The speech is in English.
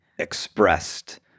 expressed